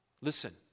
Listen